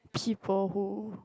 people who